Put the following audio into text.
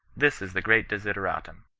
this is the great desideratum.